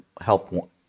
help